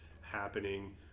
happening